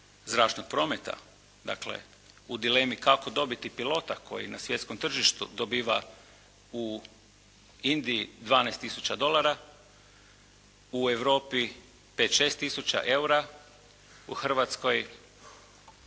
zračnog prometa, dakle u dilemi kako dobiti pilota koji na svjetskom tržištu dobiva u Indiji 12 tisuća dolara, u Europi 5-6 tisuća eura, u Hrvatskoj